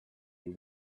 you